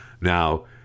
Now